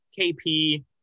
KP